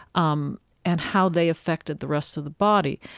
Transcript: um and how they affected the rest of the body.